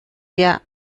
der